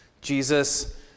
Jesus